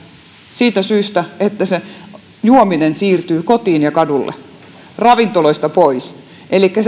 siitä syystä että se juominen siirtyy kotiin ja kadulle ravintoloista pois elikkä